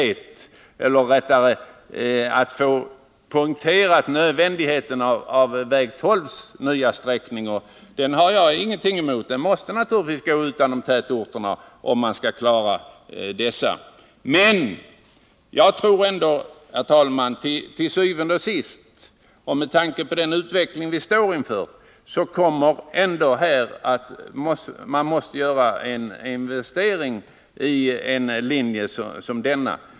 Det har jag ingenting emot. Vägen måste naturligtvis gå utanför tätorterna om man skall klara dem. Samtidigt innebär det en åtgång av god åkermark. Vi måste därför utbygga nya sträckor så litet som möjligt. Men jag tror, herr talman, att til syvende og sidst, och med tanke på den utveckling som vi står inför, måste man ändå göra en investering i en järnvägslinje som denna.